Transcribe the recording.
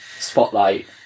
spotlight